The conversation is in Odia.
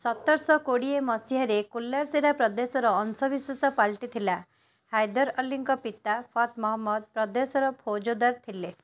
ସତରଶହ କୋଡ଼ିଏ ମସିହାରେ କୋଲାର୍ ସିରା ପ୍ରଦେଶର ଅଂଶ ବିଶେଷ ପାଲଟିଥିଲା ହାଇଦର୍ ଅଲୀଙ୍କ ପିତା ଫଥ୍ ମହମ୍ମଦ ପ୍ରଦେଶର ଫୌଜଦାର ଥିଲେ